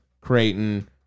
creighton